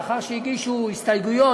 לאחר שהגישו הסתייגויות,